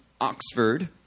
Oxford